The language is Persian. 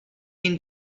این